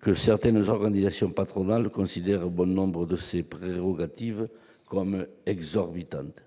que certaines organisations patronales considèrent bon nombre de ses prérogatives comme exorbitantes.